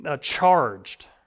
charged